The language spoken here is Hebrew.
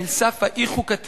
"אל סף האי-חוקתיות,